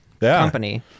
Company